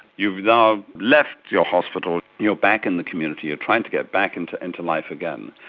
you've now left your hospital, you're back in the community, you're trying to get back into into life again.